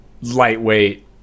lightweight